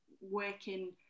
working